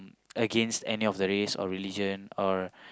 against any of the race or religion or